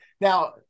Now